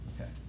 okay